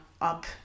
up